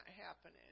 happening